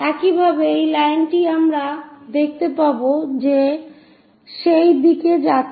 একইভাবে এই লাইনটিকে আমরা দেখতে পাবো যে সেই দিক দিয়ে যাচ্ছে